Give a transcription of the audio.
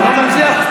הוא מציע.